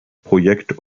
projekt